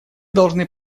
должны